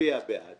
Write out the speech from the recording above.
להצביע בעד